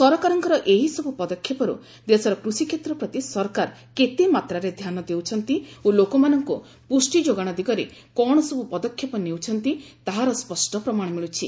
ସରକାରଙ୍କର ଏହିସବୁ ପଦକ୍ଷେପରୁ ଦେଶର କୃଷିକ୍ଷେତ୍ର ପ୍ରତି ସରକାର କେତେମାତ୍ରାରେ ଧ୍ୟାନ ଦେଉଛନ୍ତି ଓ ଲୋକମାନଙ୍କୁ ପୁଷ୍ଟି ଯୋଗାଣ ଦିଗରେ କ'ଣ ସବୁ ପଦକ୍ଷେପ ନେଉଛନ୍ତି ତାହାର ସ୍ୱଷ୍ଟପ୍ରମାଣ ମିଳୁଛି